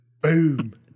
boom